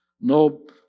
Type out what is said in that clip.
no